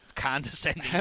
Condescending